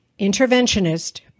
interventionist